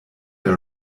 der